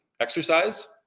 exercise